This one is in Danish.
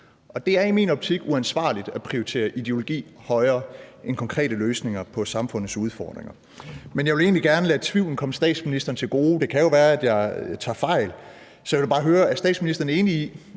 Det er i min optik uansvarligt at prioritere ideologi højere end konkrete løsninger på samfundets udfordringer. Men jeg vil egentlig gerne lade tvivlen komme statsministeren til gode, for det kan jo være, at jeg tager fejl. Så jeg vil bare høre: Er statsministeren enig i,